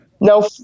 Now